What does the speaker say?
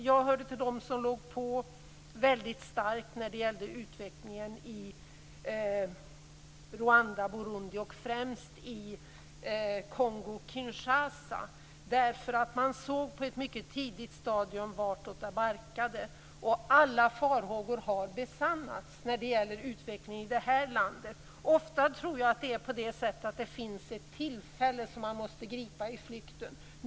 Jag hörde till dem som låg på väldigt starkt när det gällde utvecklingen i Rwanda, Burundi och främst i Kongo-Kinshasa, eftersom man på ett mycket tidigt stadium såg varåt det barkade. Alla farhågor har besannats när det gäller utvecklingen i det här landet. Ofta tror jag att det finns ett tillfälle som man måste gripa i flykten.